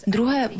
Druhé